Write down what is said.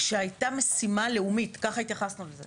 כשהייתה משימה לאומית ככה התייחסנו לזה